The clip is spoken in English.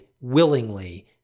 willingly